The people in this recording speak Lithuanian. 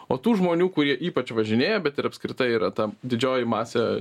o tų žmonių kurie ypač važinėja bet ir apskritai yra ta didžioji masė